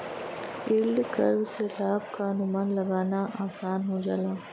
yield curve से लाभ क अनुमान लगाना आसान हो जाला